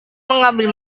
mengambil